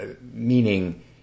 meaning